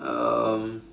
um